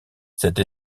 cette